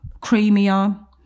creamier